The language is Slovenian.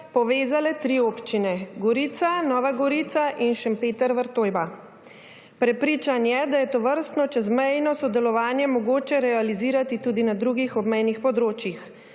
povezale tri občine: Gorica, Nova Gorica in Šempeter - Vrtojba. Prepričan je, da je tovrstno čezmejno sodelovanje mogoče realizirati tudi na drugih obmejnih področjih.